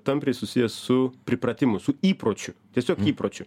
tampriai susijęs su pripratimu su įpročiu tiesiog įpročių